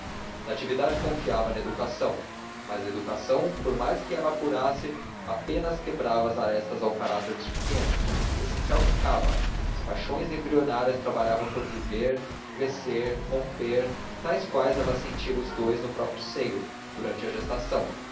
chorou natividade confiava na educação mas a educação por mais que ela a apurasse apenas quebrava as arestas ao caráter dos pequenos o essencial ficava as paixões embrionárias trabalhavam por viver crescer romper tais quais ela sentira os dous no próprio seio durante a gestação